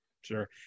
sure